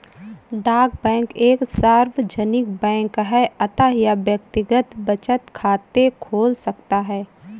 डाक बैंक एक सार्वजनिक बैंक है अतः यह व्यक्तिगत बचत खाते खोल सकता है